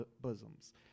bosoms